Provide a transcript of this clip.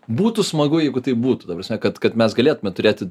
būtų smagu jeigu taip būtų ta prasme kad kad mes galėtume turėti